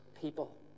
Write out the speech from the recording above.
people